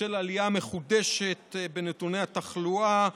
בשל עלייה מחודשת בנתוני התחלואה,